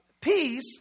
peace